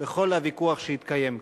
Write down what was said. לכל הוויכוח שהתקיים כאן?